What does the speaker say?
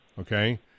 okay